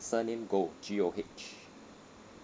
surname goh G O H